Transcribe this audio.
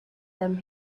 them